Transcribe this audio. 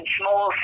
small